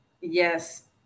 yes